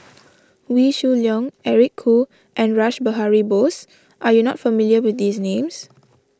Wee Shoo Leong Eric Khoo and Rash Behari Bose are you not familiar with these names